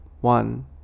one